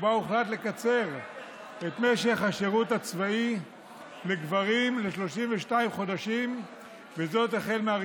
ובו הוחלט לקצר את השירות הצבאי של גברים ל-32 חודשים מ-1